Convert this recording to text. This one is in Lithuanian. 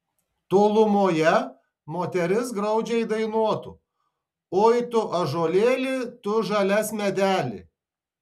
tolumoje moteris graudžiai dainuotų oi tu ąžuolėli tu žalias medeli